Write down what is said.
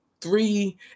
three